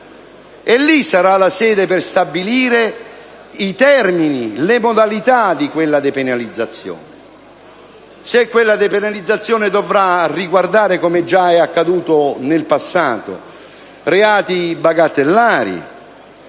E quella sarà la sede per stabilire i termini, le modalità di quella depenalizzazione: se quella depenalizzazione dovrà riguardare, come è già accaduto nel passato, reati bagattellari,